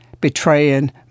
betraying